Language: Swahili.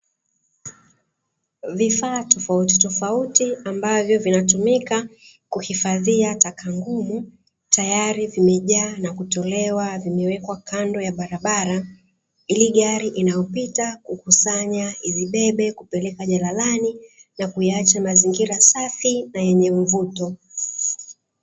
Vifaa tofautitofauti ambavyo vinatumika kuhifadhia taka ngumu, tayari vimejaa na kutolewa, vimewekwa kando ya barabara ili gari inayopita kukusanya izibebe kupeleka jalalani, na kuyaacha mazingira safi na yenye mvuto.